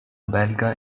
belga